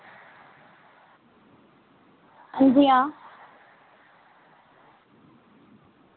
हां जी हां